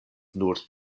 nur